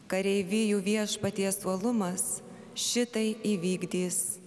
kareivijų viešpaties uolumas šitai įvykdys